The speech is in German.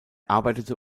arbeitete